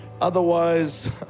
otherwise